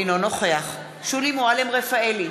אינו נוכח שולי מועלם-רפאלי,